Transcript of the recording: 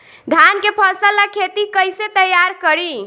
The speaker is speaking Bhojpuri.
धान के फ़सल ला खेती कइसे तैयार करी?